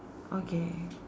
okay